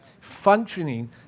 functioning